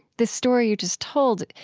this story you just told,